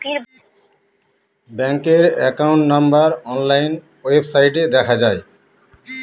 ব্যাঙ্কের account number online ওয়েবসাইটে দেখা যায়